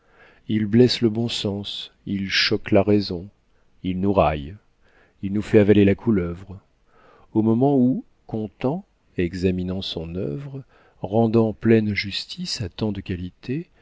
il blesse le bon sens il choque la raison il nous raille il nous fait avaler la couleuvre au moment où contents examinant son œuvre rendant pleine justice à tant de qualités